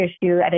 issue